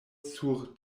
sur